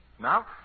Now